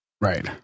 Right